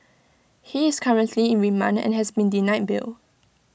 he is currently in remand and has been denied bail